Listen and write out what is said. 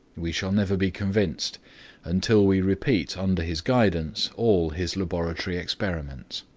we shall never be convinced until we repeat under his guidance all his laboratory experiments.